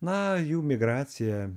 na jų migracija